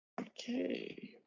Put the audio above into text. Okay